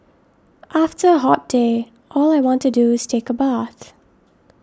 after a hot day all I want to do is take a bath